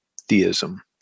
theism